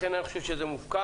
לכן אני חושב שזה מופקע,